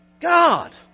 God